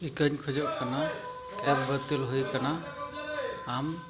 ᱤᱠᱟᱹᱧ ᱠᱷᱚᱡᱚᱜ ᱠᱟᱱᱟ ᱠᱮᱵᱽ ᱵᱟᱹᱛᱤᱞ ᱦᱩᱭ ᱟᱠᱟᱱᱟ ᱟᱢ